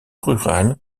rural